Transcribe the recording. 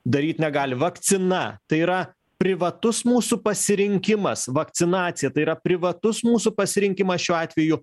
daryt negali vakcina tai yra privatus mūsų pasirinkimas vakcinacija tai yra privatus mūsų pasirinkimas šiuo atveju